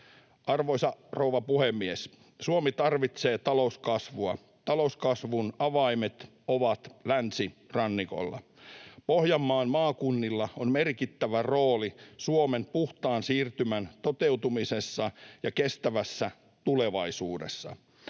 Arvoisa rouva puhemies! Suomi tarvitsee talouskasvua. Talouskasvun avaimet ovat länsirannikolla. Pohjanmaan maakunnilla on merkittävä rooli Suomen puhtaan siirtymän toteutumisessa ja kestävässä tulevaisuudessa.